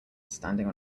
standing